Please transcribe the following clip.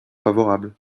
favorable